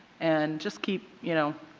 and, just keep, you know,